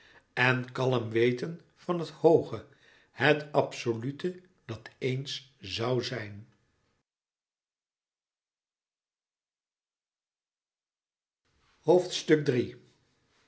en kalm weten van het hooge het absolute dat eens zoû zijn